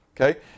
okay